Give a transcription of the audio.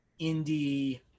indie